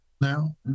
now